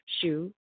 shoe